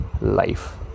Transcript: life